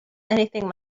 anything